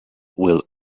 will